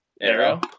Arrow